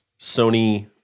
Sony